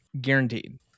Guaranteed